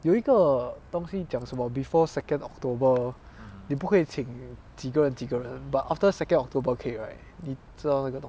有一个东西讲什么 before second october 你不可以请几个人几个人 but after second october 可以 right 你知道那个东